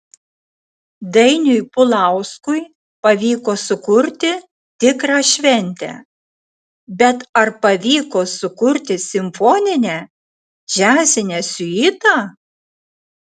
dainiui pulauskui pavyko sukurti tikrą šventę bet ar pavyko sukurti simfoninę džiazinę siuitą